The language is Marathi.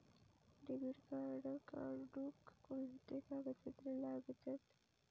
डेबिट कार्ड काढुक कोणते कागदपत्र लागतत?